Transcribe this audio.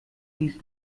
these